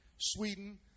Sweden